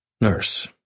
Nurse